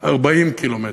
40 ק"מ.